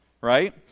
Right